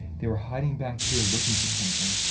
they were hiding back here looking for something.